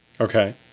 Okay